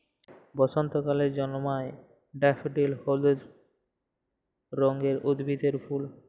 বসন্তকালে জল্ময় ড্যাফডিল হলুদ রঙের উদ্ভিদের ফুল